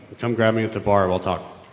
come grab me at the bar, we'll talk.